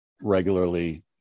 regularly